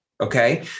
Okay